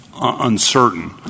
uncertain